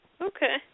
Okay